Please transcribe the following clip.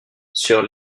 sur